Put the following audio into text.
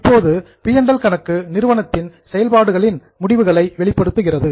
இப்போது பி மற்றும் ல் கணக்கு நிறுவனத்தின் ஆபரேஷன்ஸ் செயல்பாடுகளின் முடிவுகளை வெளிப்படுத்துகிறது